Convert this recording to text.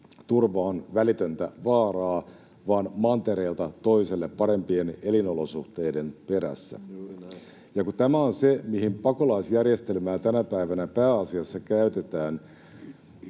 turvaan välitöntä vaaraa vaan mantereelta toiselle parempien elinolosuhteiden perässä, [Petri Huru: Juuri näin!] ja tämä on se, mihin pakolaisjärjestelmää tänä päivänä pääasiassa käytetään.